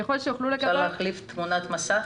ככל שהוחלו לגביו